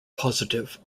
positive